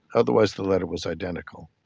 otherwise the letter was identical.